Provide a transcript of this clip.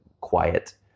quiet